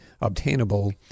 obtainable